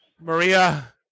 Maria